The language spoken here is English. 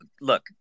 Look